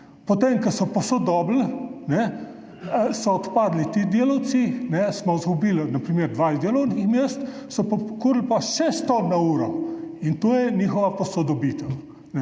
potem ko so posodobili, so odpadli ti delavci, smo izgubili na primer 20 delovnih mest, so pokurili pa 6 ton na uro, in to je njihova posodobitev.